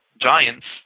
giants